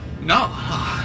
no